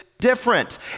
different